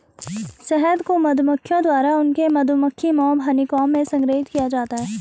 शहद को मधुमक्खियों द्वारा उनके मधुमक्खी मोम हनीकॉम्ब में संग्रहीत किया जाता है